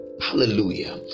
Hallelujah